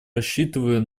рассчитываю